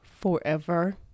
forever